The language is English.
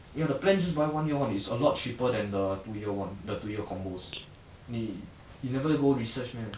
ya the plan just buy the one year one it's a lot cheaper than the two year one the two year combos 你 you never go research meh